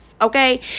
Okay